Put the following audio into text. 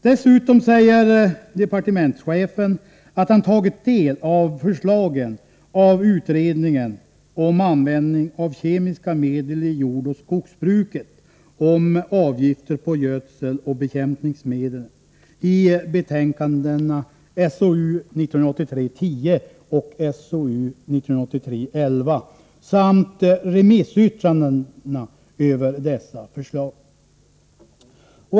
Dessutom säger departementschefen att han tagit del av de förslag om avgifter på gödseloch bekämpningsmedel som utredningen om användning av kemiska medel i jordoch skogsbruket presenterade i betänkandena SOU 1983:10 och 11 samt av remissyttrandena över dessa förslag.